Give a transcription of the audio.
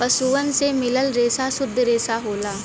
पसुअन से मिलल रेसा सुद्ध रेसा होला